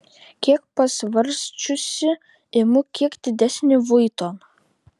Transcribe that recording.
kiek pasvarsčiusi imu kiek didesnį vuitton